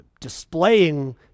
displaying